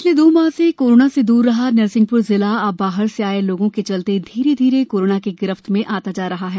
पिछले दो माह से कोरोना से द्र रहा नरसिंहप्र जिला अब बाहर से आए लोगों के चलते धीरे धीरे कोरोना की गिरफ्त में आता जा रहा है